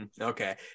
Okay